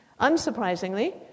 Unsurprisingly